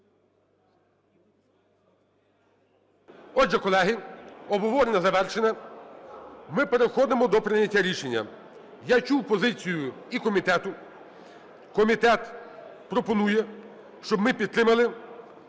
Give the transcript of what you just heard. Отже, колеги, обговорення завершено, ми переходимо до прийняття рішення. Я чув позицію і комітету… Комітет пропонує, щоб ми підтримали